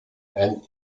and